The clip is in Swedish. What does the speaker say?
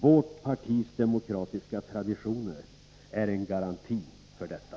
Vårt partis demokratiska traditioner är en garanti för detta.